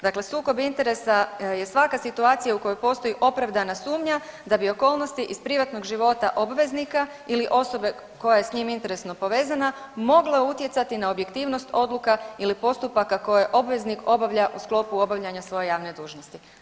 Dakle sukob interesa je svaka situacija u kojoj postoji opravdana sumnja da bi okolnosti iz privatnog života obveznika ili osobe koja je s njim interesno povezana, mogla utjecati na objektivnost odluka ili postupaka koje obveznik obavlja u sklopu obavljanja svoje javne dužnosti.